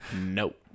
nope